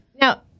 Now